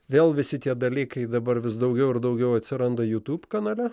vėl visi tie dalykai dabar vis daugiau ir daugiau atsiranda jutub kanale